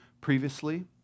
previously